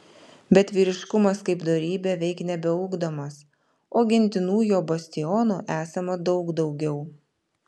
bet vyriškumas kaip dorybė veik nebeugdomas o gintinų jo bastionų esama daug daugiau